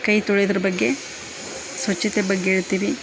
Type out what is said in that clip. ಕೈ ತೊಳೆಯೋದ್ರ ಬಗ್ಗೆ ಸ್ವಚ್ಛತೆಯ ಬಗ್ಗೆ ಹೇಳ್ತಿವಿ